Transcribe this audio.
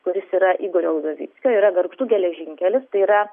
kuris yra igorio udovickio yra gargždų geležinkelis tai yra